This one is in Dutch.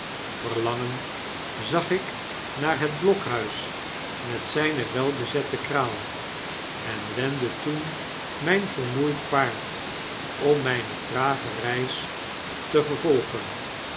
verlangend zag ik naar het blokhuis met zpe welbezette kraal en wendde toen myn vermoeid paard om mpe trage reis te vervolgen